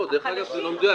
לא מדויק.